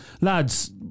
lads